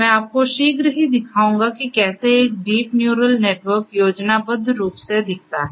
मैं आपको शीघ्र ही दिखाऊंगा कि कैसे एक डीप न्यूरल नेटवर्क योजनाबद्ध रूप से दिखता है